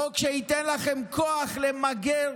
חוק שייתן לכם כוח למגר